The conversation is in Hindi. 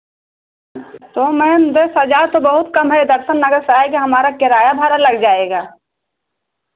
तो मैम दस हज़ार तो बहुत कम है दर्शन नगर से आएँगे हमारा किराया भाड़ा लग जाएगा